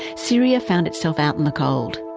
syria found itself out in the cold.